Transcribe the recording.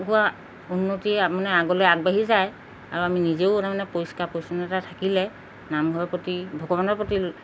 হোৱা উন্নতি মানে আগলৈ আগবাঢ়ি যায় আৰু আমি নিজেও তাৰমানে পৰিষ্কাৰ পৰিচ্ছন্নতা থাকিলে নামঘৰৰ প্ৰতি ভগৱানৰ প্ৰতি